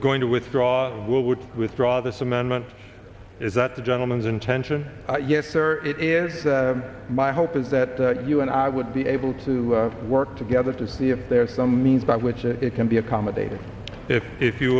going to withdraw would withdraw this amendment is that the gentleman's intention yes sir it is my hope is that you and i would be able to work together to see if there is some means by which it can be accommodated if if you